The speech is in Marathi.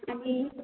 आणि